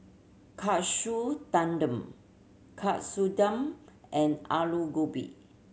Katsu Tendon Katsudon and Alu Gobi